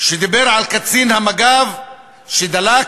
כשדיבר על קצין מג"ב שדלק,